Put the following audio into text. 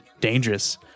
Dangerous